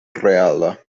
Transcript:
reala